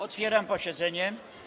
Otwieram posiedzenie.